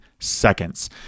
Seconds